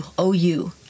ou